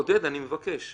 עודד, אני מבקש.